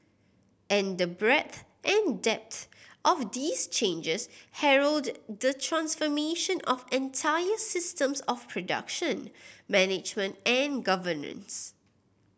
and the breadth and depth of these changes herald the transformation of entire systems of production management and governance